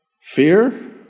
Fear